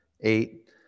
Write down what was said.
eight